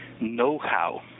know-how